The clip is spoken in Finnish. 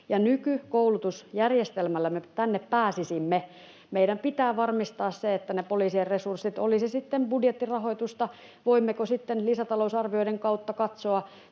ja nykykoulutusjärjestelmällä me sinne pääsisimme. Meidän pitää varmistaa ne poliisien resurssit, oli se sitten budjettirahoitusta tai voimmeko sitten lisätalousarvioiden kautta katsoa